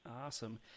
Awesome